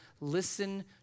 listen